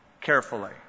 carefully